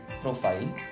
profile